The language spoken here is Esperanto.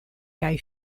kaj